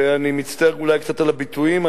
ואני מצטער על הביטויים,